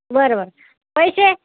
बरं बरं पैसे